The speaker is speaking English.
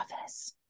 office